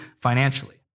financially